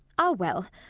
ah, well,